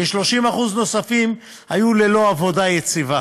כ-30% נוספים היו ללא עבודה יציבה.